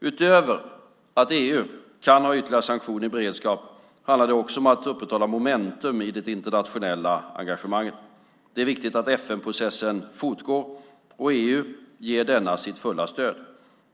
Utöver att EU kan ha ytterligare sanktioner i beredskap handlar det också om att upprätthålla momentum i det internationella engagemanget. Det är viktigt att FN-processen fortgår, och EU ger denna sitt fulla stöd.